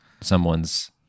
someone's